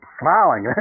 smiling